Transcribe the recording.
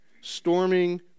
storming